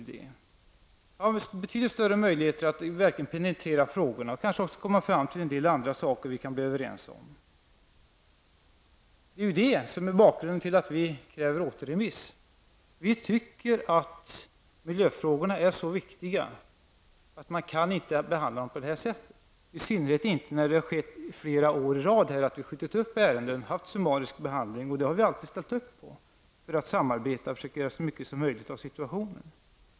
Då hade det funnits betydligt större möjligheter att verkligen penetrera frågorna och kanske komma fram till en del andra saker att komma överens om. Det är det som är bakgrunden till att vi kräver återremiss. Vi tycker att miljöfrågorna är så viktiga att man inte kan behandla dem på detta sätt, i synnerhet inte när ärendet har skjutits upp flera år i rad. Behandlingen har varit summarisk, och det har vi alltid ställt upp på för att vara samarbetsvilliga och försöka göra så mycket som möjligt av situationen.